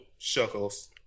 shuckles